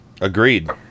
Agreed